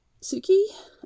Suki